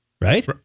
right